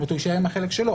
הוא יישאר עם החלק שלו,